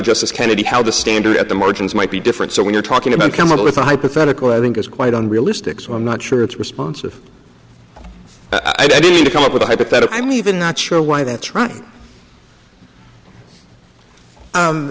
justice kennedy how the standard at the margins might be different so when you're talking about come up with a hypothetical i think is quite unrealistic so i'm not sure it's responsive i don't need to come up with a hypothetical i'm even not sure why that